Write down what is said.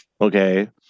Okay